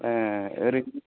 ओ ओरैनो